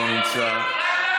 לא נמצא,